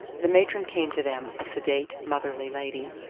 the matron came to them, a sedate, motherly lady.